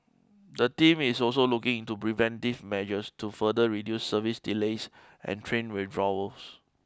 the team is also looking into preventive measures to further reduce service delays and train withdrawals